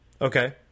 Okay